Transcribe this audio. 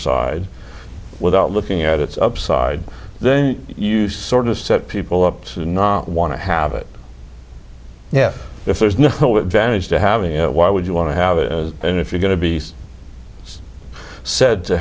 side without looking at its upside then you sort of set people up so not want to have it yeah if there's no advantage to having it why would you want to have it and if you're going to be said to